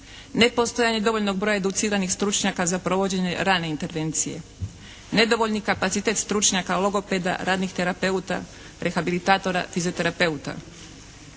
nepostojanje dovoljnog broja educiranih stručnjaka za provođenje rane intervencije, nedovoljni kapacitet stručnjaka, logopeda, radnih terapeuta, rehabilitatora, fizioterapeuta.